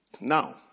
Now